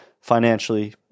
financially